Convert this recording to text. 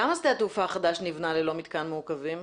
למה שדה התעופה החדש ניבנה ללא מתקן מעוכבים?